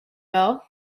bell